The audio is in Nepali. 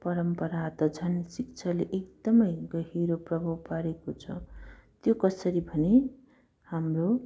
परम्परा त झन् शिक्षाले एकदमै गहिरो प्रभाव पारेको छ त्यो कसरी भने हाम्रो